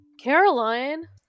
caroline